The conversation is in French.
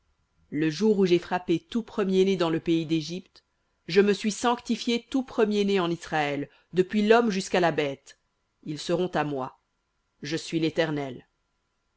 le jour où j'ai frappé tout premier-né dans le pays d'égypte je me suis sanctifié tout premier-né en israël depuis l'homme jusqu'à la bête ils seront à moi je suis l'éternel